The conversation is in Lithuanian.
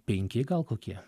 penki gal kokie